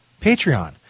Patreon